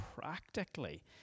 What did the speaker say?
practically